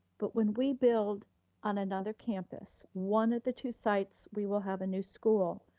but when we build on another campus, one of the two sites, we will have a new school.